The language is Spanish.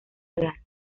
real